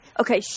okay